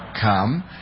come